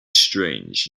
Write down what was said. strange